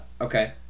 Okay